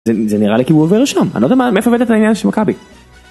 זה נראה לי שהוא עובר שם אני לא יודע מאיפה הבאת את העניין של מכבי.